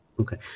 Okay